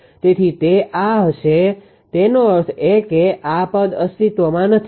તેથી તે આ હશે તેનો અર્થ એ કે આ પદ અસ્તિત્વમાં નથી